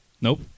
Nope